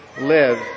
live